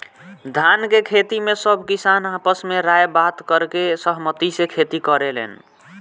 धान के खेती में सब किसान आपस में राय बात करके सहमती से खेती करेलेन